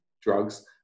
drugs